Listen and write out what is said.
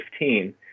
2015